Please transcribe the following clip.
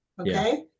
okay